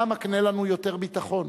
מה מקנה לנו יותר ביטחון?